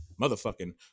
motherfucking